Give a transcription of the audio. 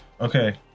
Okay